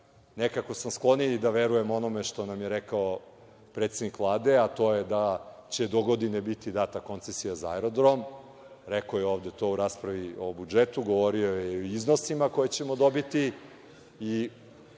Nekako sam skloniji da verujem onome što nam je rekao predsednik Vlade, a to je da će dogodine biti data koncesija za aerodrom, rekao je to ovde u raspravi za budžet, a govorio je i o iznosima koje ćemo dobiti.